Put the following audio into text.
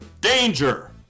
DANGER